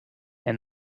der